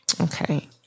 Okay